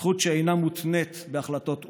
זכות שאינה מותנית בהחלטות או"ם.